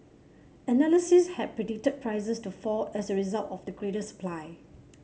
analysts had predicted prices to fall as a result of the greater supply